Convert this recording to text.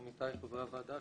עמיתיי חברי הוועדה,